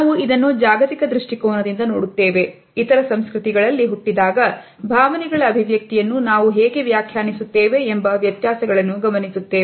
ನಾವು ಇದನ್ನು ಜಾಗತಿಕ ದೃಷ್ಟಿಕೋನದಿಂದ ನೋಡುತ್ತೇವೆ ಇತರ ಸಂಸ್ಕೃತಿಗಳಲ್ಲಿ ಹುಟ್ಟಿದಾಗ ಭಾವನೆಗಳ ಅಭಿವ್ಯಕ್ತಿಯನ್ನು ನಾವು ಹೇಗೆ ವ್ಯಾಖ್ಯಾನಿಸುತ್ತೇವೆ ಎಂಬ ವ್ಯತ್ಯಾಸಗಳನ್ನು ಗಮನಿಸುತ್ತೇವೆ